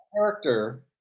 character